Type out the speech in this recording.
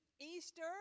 Easter